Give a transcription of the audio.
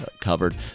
covered